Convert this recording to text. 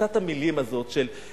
מכבסת המלים הזאת, של "זכויות